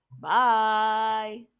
Bye